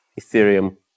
Ethereum